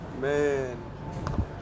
Man